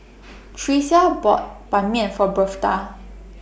Tricia bought Ban Mian For Birthda